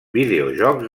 videojocs